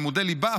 על לימודי ליבה,